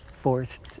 forced